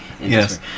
Yes